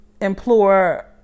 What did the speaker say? implore